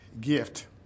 gift